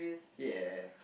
ya